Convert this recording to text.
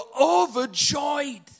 overjoyed